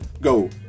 go